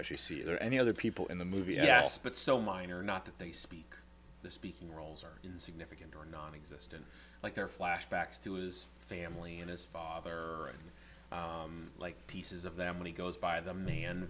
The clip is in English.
actually see there any other people in the movie yes but so mine are not that they speak the speaking roles or significant or nonexistent like their flashbacks to his family and his father like pieces of them when he goes by them man the